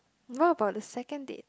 what about the second date